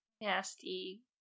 nasty